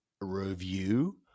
review